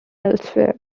elsewhere